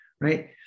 right